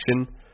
action